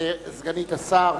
ולסגנית השר,